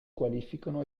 qualificano